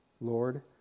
Lord